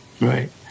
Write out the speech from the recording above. Right